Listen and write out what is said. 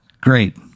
Great